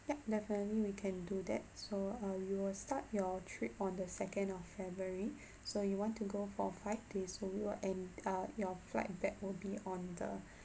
yup definitely we can do that so uh you will start your trip on the second of february so you want to go for five days so it will end err your flight back will be on the